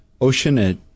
Oceanit